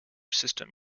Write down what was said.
system